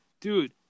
Dude